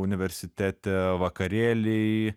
universitete vakarėliai